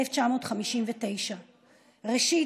1959. ראשית,